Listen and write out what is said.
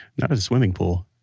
not a swimming pool.